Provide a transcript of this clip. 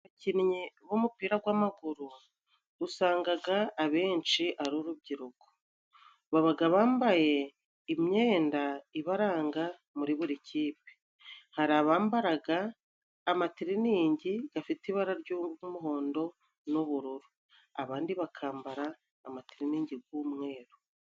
Abakinnyi b'umupira gw'amaguru usangaga abenshi ari urubyiruko. Babaga bambaye imyenda ibaranga muri buri kipe. Hari abambaraga amatiriningi gafite ibara ry''umuhondo n'ubururu. Abandi bakambara amatiriningi gw'umweru.